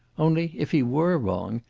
only, if he were wrong,